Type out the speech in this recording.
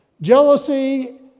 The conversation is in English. Jealousy